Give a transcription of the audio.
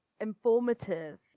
informative